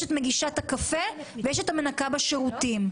את מגישת הקפה ויש את המנקה בשירותים.